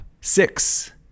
Six